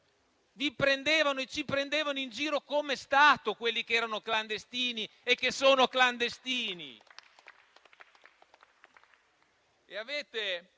vi prendevano e ci prendevano in giro come Stato, quelli che erano clandestini e che restano clandestini.